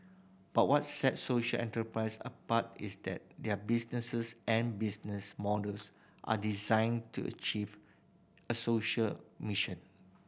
but what sets social enterprise apart is that their businesses and business models are designed to achieve a social mission